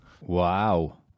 Wow